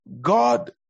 God